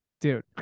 dude